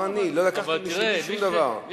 לא אני, לא לקחתי משלי שום דבר.